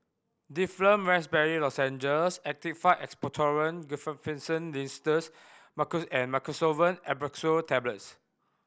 Difflam Raspberry Lozenges Actified Expectorant Guaiphenesin Linctus and Mucosolvan Ambroxol Tablets